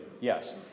yes